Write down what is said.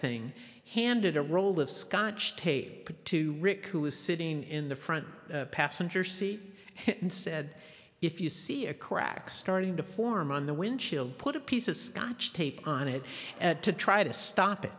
thing he handed a roll of scotch tape to rick who was sitting in the front passenger seat and said if you see a crack starting to form on the windshield put a piece of scotch tape on it at to try to stop it